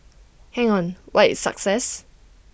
hang on what is success